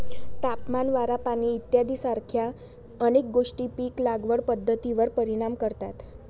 तापमान, वारा, पाणी इत्यादीसारख्या अनेक गोष्टी पीक लागवड पद्धतीवर परिणाम करतात